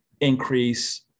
increase